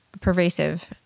pervasive